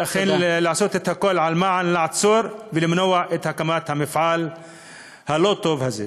ואכן לעשות הכול כדי לעצור ולמנוע את הקמת המפעל הלא-טוב הזה.